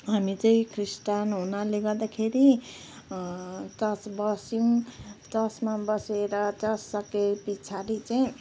हामी चाहिँ ख्रिस्टान हुनाले गर्दाखेरि चर्च बस्यौँ चर्चमा बसेर चर्च सके पछाडि चाहिँ